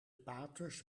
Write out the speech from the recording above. paters